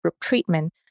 treatment